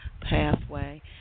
pathway